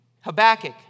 Habakkuk